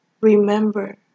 Remember